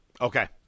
Okay